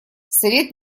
совет